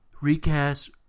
recast